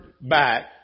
back